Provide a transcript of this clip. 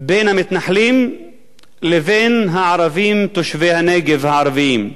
בין המתנחלים לבין הערבים, תושבי הנגב הערבים.